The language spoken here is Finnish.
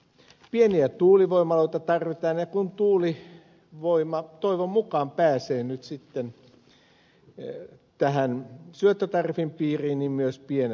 pieniä tuulivoimaloita tarvitaan ja kun tuulivoima toivon mukaan pääsee nyt sitten tähän syöttötariffin piiriin niin tämä koskee myös pieniä voimaloita